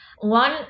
One